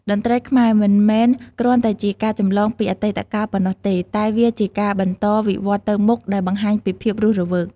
តន្ត្រីខ្មែរមិនមែនគ្រាន់តែជាការចម្លងពីអតីតកាលប៉ុណ្ណោះទេ តែវាជាការបន្តវិវឌ្ឍន៍ទៅមុខ ដែលបង្ហាញពីភាពរស់រវើក។